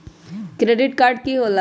Credit card की होला?